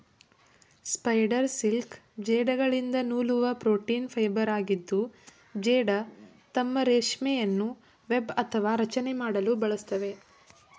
spider silk ಜೇಡಗಳಿಂದ ನೂಲುವ protein ಫೈಬರಾಗಿದ್ದು ಜೇಡ ತಮ್ಮ ರೇಷ್ಮೆಯನ್ನು ವೆಬ್ ಅಥವಾ ರಚನೆ ಮಾಡಲು ಬಳಸ್ತವೆ